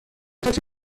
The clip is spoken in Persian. تاکسی